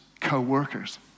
co-workers